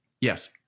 Yes